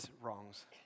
wrongs